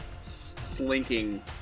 slinking